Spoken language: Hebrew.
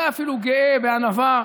אולי אפילו גאה, בענווה,